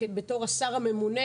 בתור השר הממונה,